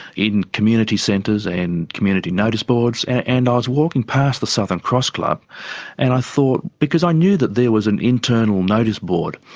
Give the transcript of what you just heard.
in community centres and community noticeboards. and i was walking past the southern cross club and i thought because i knew that there was an internal noticeboard,